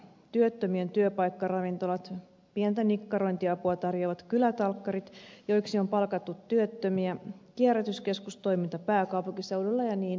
työttömien työpaikkaravintolat pientä nikkarointiapua tarjoavat kylätalkkarit joiksi on palkattu työttömiä kierrätyskeskustoiminta pääkaupunkiseudulla ja niin edelleen